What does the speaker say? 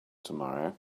tomorrow